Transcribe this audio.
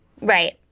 Right